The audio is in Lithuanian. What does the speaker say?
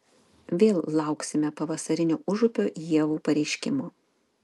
vėl lauksime pavasarinio užupio ievų pareiškimo